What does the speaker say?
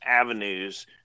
avenues